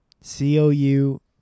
C-O-U